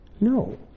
no